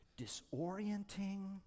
disorienting